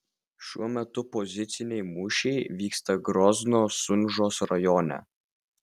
šiuo metu poziciniai mūšiai vyksta grozno sunžos rajone